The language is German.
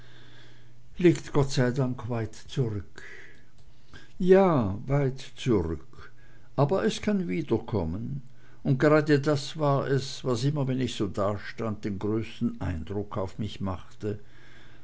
liegt gott sei dank weit zurück ja weit zurück aber es kann wiederkommen und gerade das war es was immer wenn ich da so stand den größten eindruck auf mich machte